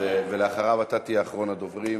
ולאחריו אתה תהיה אחרון הדוברים.